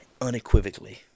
unequivocally